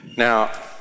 Now